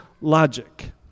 logic